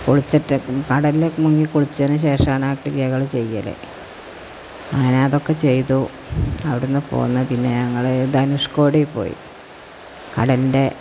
കുളിച്ചിട്ടൊക്കെ കടലില് മുങ്ങി കുളിച്ചതിനുശേഷമാണ് ആ ക്രിയകള് ചെയ്യല് ഞാനതൊക്കെ ചെയ്തു അവിടുന്ന് പോന്നതില്പിന്നെ ഞങ്ങള് ധനുഷ്ക്കോടിയില് പോയി കടലിൻ്റെ